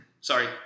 Sorry